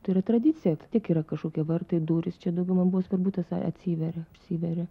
tai yra tradicija vis tiek yra kažkokie vartai durys čia daugiau man buvo svarbu tas atsiveria užsiveria